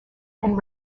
and